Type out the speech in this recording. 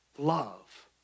love